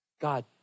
God